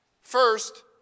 First